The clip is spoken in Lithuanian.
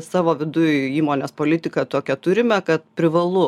savo viduj įmonės politiką tokią turime kad privalu